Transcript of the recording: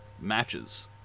matches